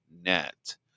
net